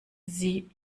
sie